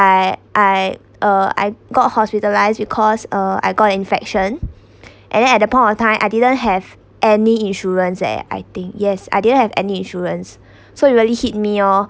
I I uh I got hospitalized because uh I got infection and then at that point of time I didn't have any insurance eh I think yes I didn't have any insurance so it really hit me lor